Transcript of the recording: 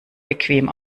bequem